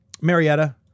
Marietta